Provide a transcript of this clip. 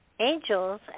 angels